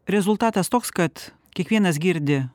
rezultatas toks kad kiekvienas girdi